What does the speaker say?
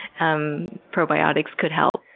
um probiotics could help.